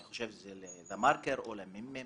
אני חושב שזה לדה מרקר או לממ"מ,